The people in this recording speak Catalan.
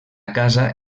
casa